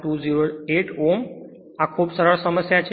ખૂબ સરળ સમસ્યા ખૂબ સરળ સમસ્યા છે